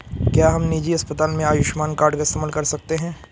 क्या हम निजी अस्पताल में आयुष्मान कार्ड का इस्तेमाल कर सकते हैं?